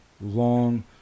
long